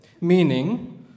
Meaning